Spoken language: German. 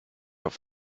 auf